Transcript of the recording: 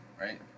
right